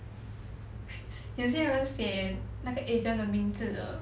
有些人写那个 agent 的名字的